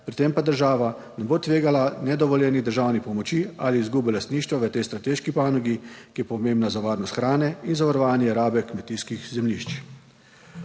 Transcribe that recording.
pri tem pa država ne bo tvegala nedovoljenih državnih pomoči ali izgube lastništva v tej strateški panogi, ki je pomembna za varnost hrane in za varovanje rabe kmetijskih zemljišč.